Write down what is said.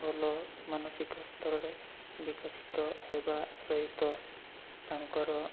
ଭଲ ମାନସିକ ସ୍ତରରେ ବିକଶିତ ହେବା ସହିତ ତାଙ୍କର